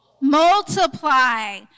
multiply